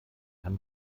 kann